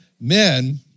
men